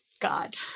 God